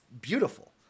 beautiful